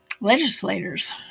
legislators